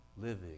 living